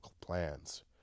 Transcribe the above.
plans